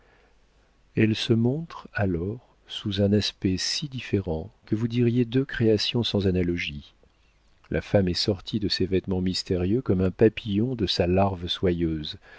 elle se montre alors sous un aspect si différent que vous diriez deux créations sans analogie la femme est sortie de ses vêtements mystérieux comme un papillon de sa larve soyeuse